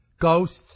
Ghosts